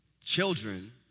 Children